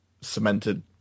cemented